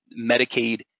Medicaid